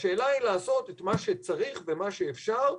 השאלה היא לעשות את מה שצריך ומה שאפשר,